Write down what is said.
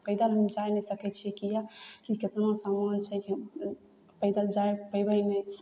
कतौ हम जाइ नहि सकै छियै किए कि कतेनक सामान छै कि पैदल जाइ पएबै नहि